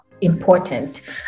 important